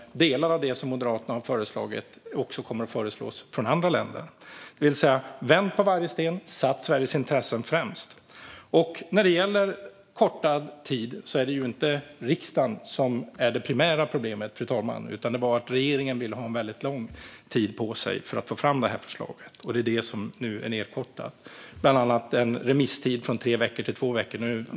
Delar av det som Moderaterna har föreslagit kommer också att föreslås av andra länder. Det vill säga: Vänd på varje sten, och sätt Sveriges intressen främst! När det gäller kortad tid är det inte riksdagen som är det primära problemet, fru talman, utan det är att regeringen vill ha väldigt lång tid på sig för att få fram förslaget. Det är nu nedkortat, och bland annat har en remisstid minskats från tre till två veckor.